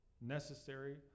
necessary